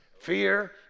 fear